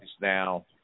now –